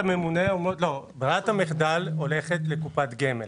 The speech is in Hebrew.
ברירת המחדל הולכת לקופת גמל